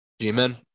G-Men